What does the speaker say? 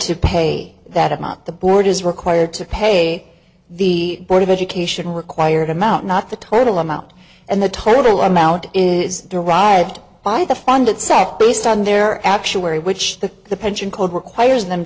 to pay that amount the board is required to pay the board of education required amount not the total amount and the total amount is derived by the funded sac based on their actuary which the pension called requires them